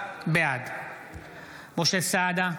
בעד משה סעדה,